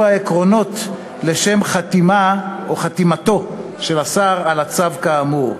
העקרונות לשם חתימה או חתימתו של השר על הצו כאמור.